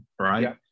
right